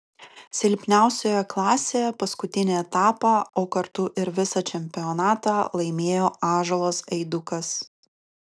silpniausioje klasėje paskutinį etapą o kartu ir visą čempionatą laimėjo ąžuolas eidukas